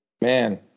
man